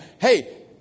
hey